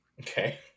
Okay